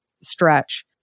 stretch